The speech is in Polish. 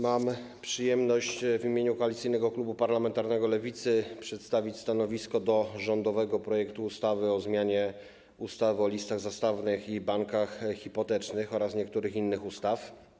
Mam przyjemność w imieniu Koalicyjnego Klubu Poselskiego Lewicy przedstawić stanowisko wobec rządowego projektu ustawy o zmianie ustawy o listach zastawnych i bankach hipotecznych oraz niektórych innych ustaw.